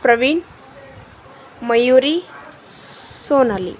Praveen Mayuri Sonali